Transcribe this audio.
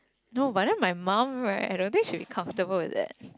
no but then my mum right I don't think she will be comfortable with that